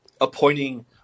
appointing